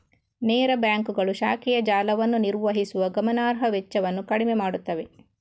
ನೇರ ಬ್ಯಾಂಕುಗಳು ಶಾಖೆಯ ಜಾಲವನ್ನು ನಿರ್ವಹಿಸುವ ಗಮನಾರ್ಹ ವೆಚ್ಚವನ್ನು ಕಡಿಮೆ ಮಾಡುತ್ತವೆ